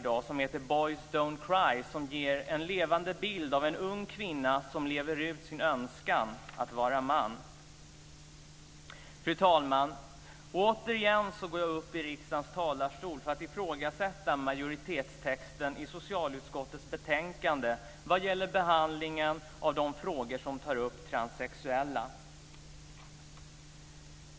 Den heter Boys don t cry och ger en levande bild av en ung kvinna som lever ut sin önskan att vara man. Fru talman! Återigen går jag upp i riksdagens talarstol för att ifrågasätta majoritetstexten i socialutskottets betänkande vad gäller behandlingen av de frågor som tar upp transsexuella.